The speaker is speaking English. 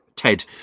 Ted